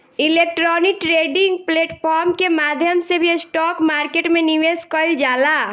electronic trading platform के माध्यम से भी स्टॉक मार्केट में निवेश कईल जाला